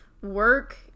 work